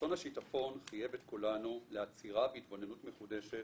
אסון השיטפון חייב את כולנו לעצירה והתבוננות מחודשת